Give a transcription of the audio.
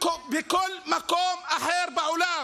בכל מקום אחר בעולם,